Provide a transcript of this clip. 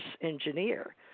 engineer